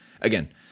Again